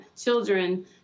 children